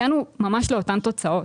הגענו ממש לאותן תוצאות.